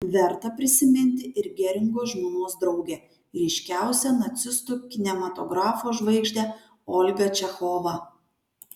verta prisiminti ir geringo žmonos draugę ryškiausią nacistų kinematografo žvaigždę olgą čechovą